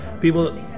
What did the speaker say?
People